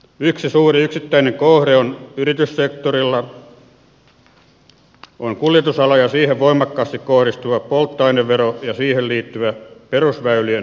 yksi suuri yksittäinen kohde yrityssektorilla on kuljetusala ja siihen voimakkaasti kohdistuva polttoainevero ja siihen liittyvä perusväylien ylläpito